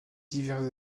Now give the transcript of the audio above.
divers